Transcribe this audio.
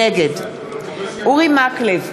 נגד אורי מקלב,